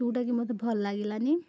ଯେଉଁଟାକି ମୋତେ ଭଲ ଲାଗିଲାନି